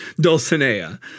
Dulcinea